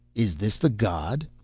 is this the god?